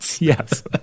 Yes